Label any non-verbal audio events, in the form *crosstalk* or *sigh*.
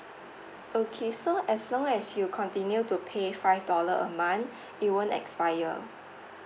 okay so as long as you continue to pay five dollar a month *breath* it won't expire